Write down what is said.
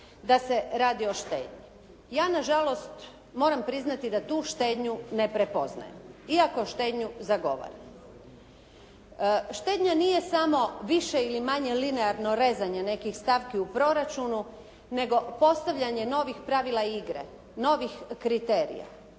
da se radi o štednji. Ja na žalost moram priznati da tu štednju ne prepoznajem, iako štednju zagovaram. Štednja nije samo više ili manje linearno rezanje nekih stavki u proračunu nego postavljanje novih pravila igre, novih kriterija.